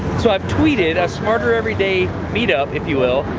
so i've tweeted a smarter every day. meetup, if you will.